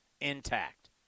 intact